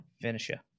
finisher